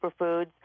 superfoods